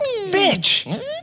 Bitch